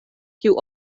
kiu